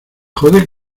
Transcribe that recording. jode